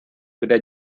kde